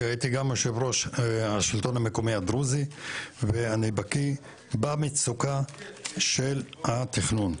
כי הייתי גם יושב ראש השלטון המקומי הדרוזי ואני בקיא במצוקה של התכנון.